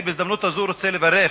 בהזדמנות זו אני רוצה לברך